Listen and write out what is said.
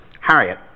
Harriet